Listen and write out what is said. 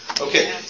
Okay